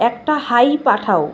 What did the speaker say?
একটা হাই পাঠাও